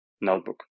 notebook